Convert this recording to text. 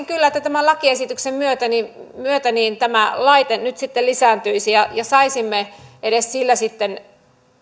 kyllä että tämän lakiesityksen myötä tämä laite nyt sitten lisääntyisi ja ja saisimme edes sillä sitten